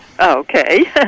Okay